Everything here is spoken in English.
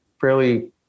fairly